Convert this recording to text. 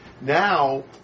Now